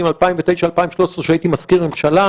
2009 ל-2013 כשהייתי מזכיר ממשלה.